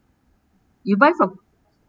you buy from